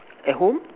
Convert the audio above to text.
at home